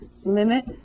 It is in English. limit